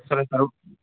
సరే sir okay